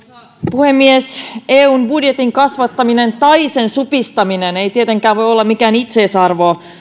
puhemies eun budjetin kasvattaminen tai sen supistaminen ei tietenkään voi olla mikään itseisarvo